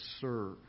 serve